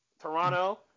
Toronto